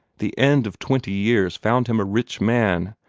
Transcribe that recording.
the end of twenty years found him a rich man,